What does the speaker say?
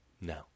No